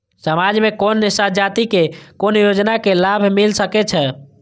समाज में कोन सा जाति के कोन योजना के लाभ मिल सके छै?